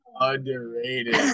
Underrated